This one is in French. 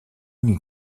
new